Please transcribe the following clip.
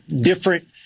different